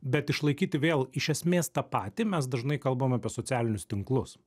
bet išlaikyti vėl iš esmės tą patį mes dažnai kalbam apie socialinius tinklus